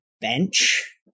bench